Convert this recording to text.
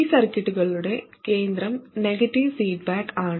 ഈ സർക്യൂട്ടുകളുടെ കേന്ദ്രം നെഗറ്റീവ് ഫീഡ്ബാക്കാണ്